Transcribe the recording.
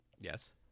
Yes